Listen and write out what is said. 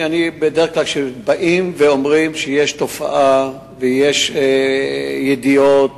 בדרך כלל כשבאים ואומרים שיש תופעה ויש ידיעות,